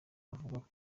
avuga